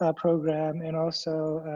ah program. and also